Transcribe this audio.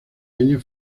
años